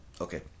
Okay